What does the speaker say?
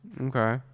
Okay